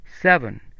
Seven